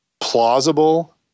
plausible